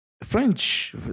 French